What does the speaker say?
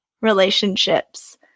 relationships